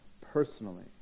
personally